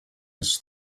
his